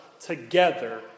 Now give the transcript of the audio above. together